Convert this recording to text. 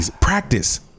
practice